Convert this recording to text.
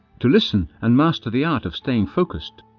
to listen and master the art of staying focused.